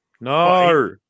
No